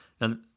Now